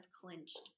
clinched